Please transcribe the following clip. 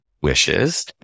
wishes